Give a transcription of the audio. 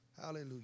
Hallelujah